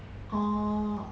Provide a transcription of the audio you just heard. orh